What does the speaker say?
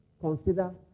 consider